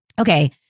Okay